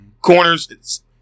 corners